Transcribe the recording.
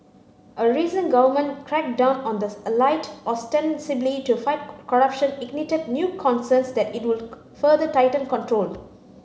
a recent government crackdown on the elite ostensibly to fight corruption ignited new concerns that it will further tighten control